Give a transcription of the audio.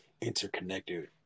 interconnected